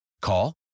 Call